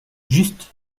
juste